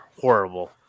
horrible